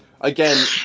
Again